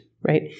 right